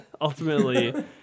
ultimately